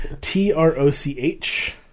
T-R-O-C-H